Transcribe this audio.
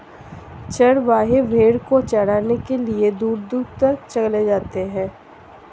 चरवाहे भेड़ को चराने के लिए दूर दूर तक चले जाते हैं